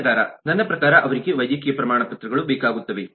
ಮಾರಾಟಗಾರ ನನ್ನ ಪ್ರಕಾರ ಅವರಿಗೆ ವೈದ್ಯಕೀಯ ಪ್ರಮಾಣಪತ್ರಗಳು ಬೇಕಾಗುತ್ತವೆ